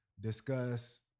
discuss